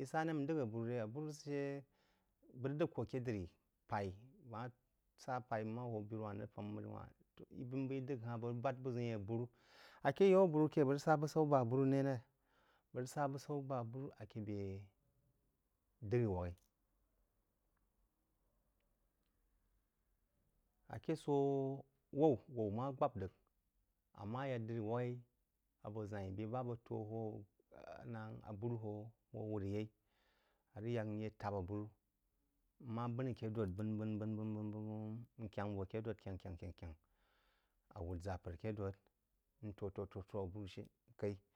í sá né n d’əgk abúrú ré? Abúrú sə shə bəg d’əgk kú aké diri p’aí, bəg mí sá p’aí nma hō birú wahn-n rəg fan məri wah-n. Í b’eí n bəg d’əgh ha-hn bəg rəg bād buʒəun y’en abúrú. Aké yaú aburú ké bəg rəg sá busaú bəg abúrú né ré? Bəg rəg sá būsaú bəg abúrú ake bé diri wak’ī aké sō wáí, wáú má gbap rəg, ammá yá diri wak’-í abo ʒyan-í bé ba bəg tó hó abúrú hō wár yeí, á rəg yák nyé táb abúrú, mma b’ən aké dōd b’en, b’ən, bən b’ən, n kyqáng vō aké dōd kyang, kyang kyang á wūd ʒá pər aké dōd n tô tó lí hō ábúrú shá káí.